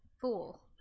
fool